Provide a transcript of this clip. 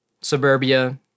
suburbia